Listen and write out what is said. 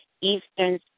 Eastern